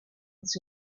its